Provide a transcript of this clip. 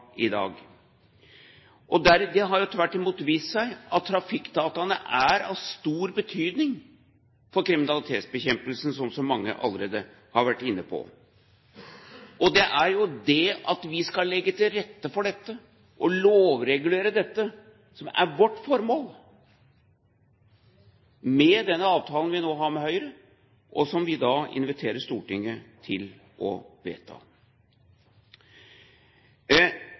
i dag. Det har tvert imot vist seg at trafikkdataene er av stor betydning for kriminalitetsbekjempelsen, som mange allerede har vært inne på. Det er jo det at vi skal legge til rette for og lovregulere dette som er vårt formål med den avtalen som vi nå har med Høyre, og som vi inviterer Stortinget til å vedta.